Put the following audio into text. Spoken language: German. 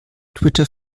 twitter